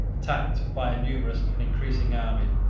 attacked by a numerous and increasing army,